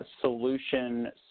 solution –